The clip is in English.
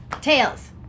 Tails